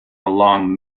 along